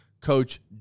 Coach